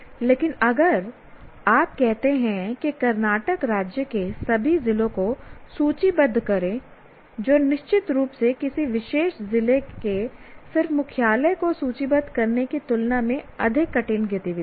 लेकिन अगर आप कहते हैं कि कर्नाटक राज्य के सभी जिलों को सूचीबद्ध करें जो निश्चित रूप से किसी विशेष जिले के सिर्फ मुख्यालय को सूचीबद्ध करने की तुलना में अधिक कठिन गतिविधि है